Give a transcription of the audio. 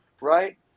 right